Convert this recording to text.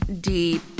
deep